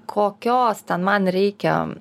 kokios ten man reikia